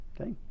okay